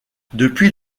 depuis